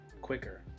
quicker